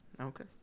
Okay